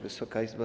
Wysoka Izbo!